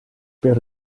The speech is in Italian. per